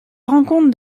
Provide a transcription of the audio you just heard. rencontre